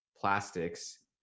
plastics